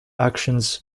actions